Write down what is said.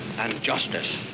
and justice.